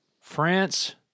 France